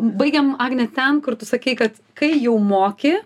baigėm agne ten kur tu sakei kad kai jau moki